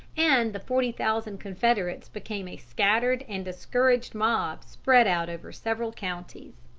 and the forty thousand confederates became a scattered and discouraged mob spread out over several counties.